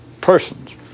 persons